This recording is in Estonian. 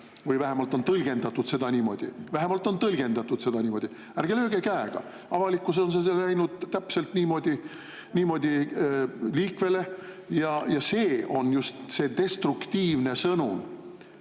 või vähemalt on tõlgendatud seda niimoodi. Vähemalt on tõlgendatud seda niimoodi! Ärge lööge käega! Avalikkuses on see läinud täpselt niimoodi liikvele ja see on just destruktiivne sõnum